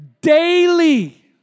daily